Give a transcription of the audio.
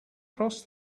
cross